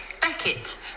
Beckett